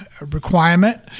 requirement